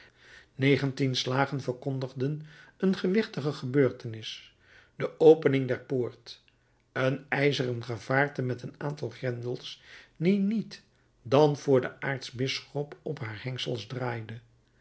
negentien slagen verkondigden een gewichtige gebeurtenis de opening der poort een ijzeren gevaarte met een aantal grendels die niet dan voor den aartsbisschop op haar hengsels draaide